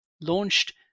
launched